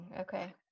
okay